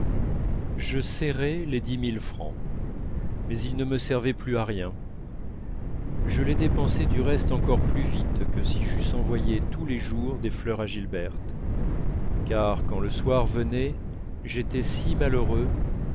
je serrai les dix mille francs mais ils ne me servaient plus à rien je les dépensai du reste encore plus vite que si j'eusse envoyé tous les jours des fleurs à gilberte car quand le soir venait j'étais si malheureux